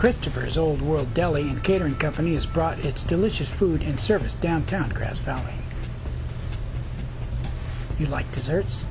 christopher's old world deli catering company has brought its delicious food and service downtown grass valley you like desserts